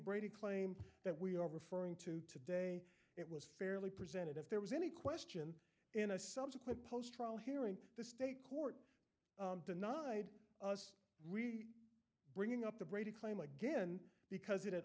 brady claim that we are referring to today it was fairly presented if there was any question in a subsequent post trial hearing the state court denied us we bringing up the brady claim again because it had